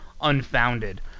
unfounded